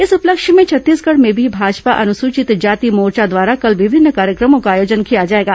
इस उपलक्ष्य में छत्तीसगढ़ में भी भाजपा अनुसूचित जाति मोर्चा द्वारा कल विभिन्न कार्यक्रमों का आयोजन किया जाएगा